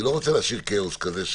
אני לא רוצה להשאיר כאוס כזה,